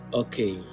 okay